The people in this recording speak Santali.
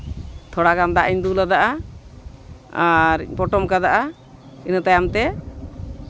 ᱛᱷᱚᱲᱟᱜᱟᱱ ᱫᱟᱜ ᱤᱧ ᱫᱩᱞ ᱟᱫᱟ ᱟᱨ ᱯᱚᱴᱚᱢ ᱠᱟᱫᱟ ᱤᱱᱟᱹ ᱛᱟᱭᱚᱢ ᱛᱮ